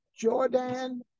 Jordan